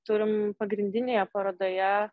turim pagrindinėje parodoje